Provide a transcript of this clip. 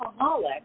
alcoholic